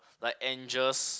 like angels